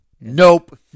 Nope